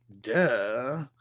Duh